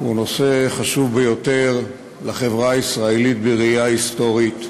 הוא נושא חשוב ביותר לחברה הישראלית בראייה היסטורית,